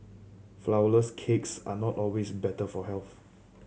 flourless cakes are not always better for health